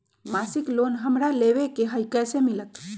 मासिक लोन हमरा लेवे के हई कैसे मिलत?